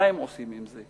מה הן עושות עם זה,